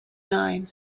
nine